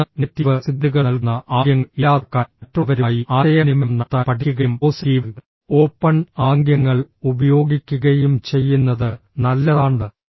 തുടർന്ന് നെഗറ്റീവ് സിഗ്നലുകൾ നൽകുന്ന ആംഗ്യങ്ങൾ ഇല്ലാതാക്കാൻ മറ്റുള്ളവരുമായി ആശയവിനിമയം നടത്താൻ പഠിക്കുകയും പോസിറ്റീവ് ഓപ്പൺ ആംഗ്യങ്ങൾ ഉപയോഗിക്കുകയും ചെയ്യുന്നത് നല്ലതാണ്